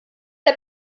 der